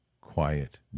quiet